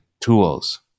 tools